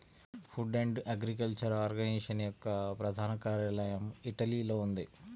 food and agriculture organization యొక్క ప్రధాన కార్యాలయం ఇటలీలో ఉంది